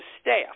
staff